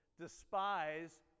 despise